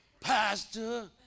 pastor